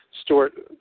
Stewart